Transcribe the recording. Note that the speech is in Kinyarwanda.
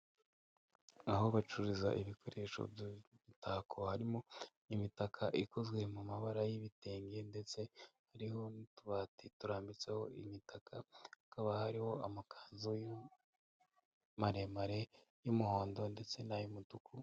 Aho bacururiza ibikoresho by'imitako, harimo imitaka ikozwe mu mabara y'ibitenge ndetse hariho n'utubati turambitseho imitaka, hakaba hariho amakanzu maremare y'umuhondo ndetse nay'umutuku.